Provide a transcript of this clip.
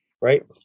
Right